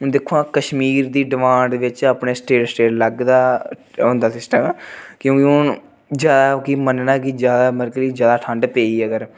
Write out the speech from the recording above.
हून दिक्खो हां कश्मीर दी डिमांड बिच्च अपने स्टेट स्टेट अलग दा होंदा सिस्टम क्योंकि हून ज्यादा कि मन्नना ऐ कि ज्यादा मतलब कि ज्यादा ठंड पेई अगर